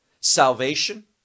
salvation